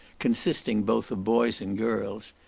consisting both of boys and girls.